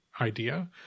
idea